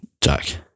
Jack